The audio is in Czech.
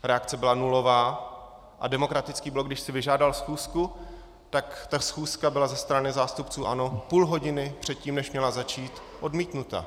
Reakce byla nulová a Demokratický blok, když si vyžádal schůzku, tak ta schůzka byla ze strany zástupců ANO půl hodiny předtím, než měla začít, odmítnuta.